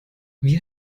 wie